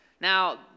Now